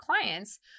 clients